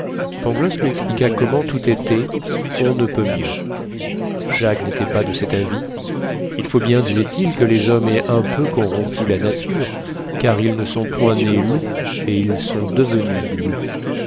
pangloss lui expliqua comment tout était on ne peut mieux jacques n'était pas de cet avis il faut bien disait-il que les hommes aient un peu corrompu la nature car ils ne sont point nés loups et ils sont devenus loups